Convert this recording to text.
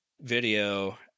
video